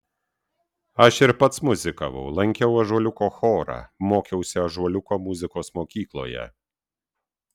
aš ir pats muzikavau lankiau ąžuoliuko chorą mokiausi ąžuoliuko muzikos mokykloje